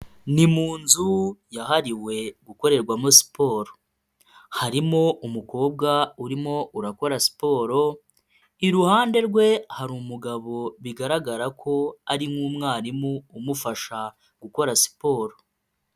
Ni mu nzu yahariwe gukorerwamo siporo harimo umukobwa urimo urakora siporo, iruhande rwe hari umugabo bigaragara ko ari nk'umwarimu umufasha gukora siporo.